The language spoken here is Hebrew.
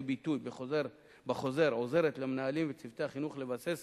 ביטוי בחוזר עוזרת למנהלים ולצוותי החינוך לבסס